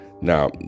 Now